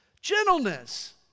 gentleness